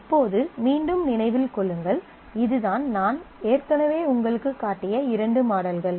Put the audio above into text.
இப்போது மீண்டும் நினைவில் கொள்ளுங்கள் இதுதான் நான் ஏற்கனவே உங்களுக்குக் காட்டிய இரண்டு மாடல்கள்